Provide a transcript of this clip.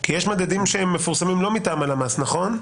כי יש מדדים שמפורסמים לא מטעם הלמ"ס, נכון?